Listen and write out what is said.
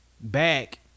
back